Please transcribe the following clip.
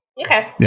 Okay